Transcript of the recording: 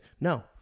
No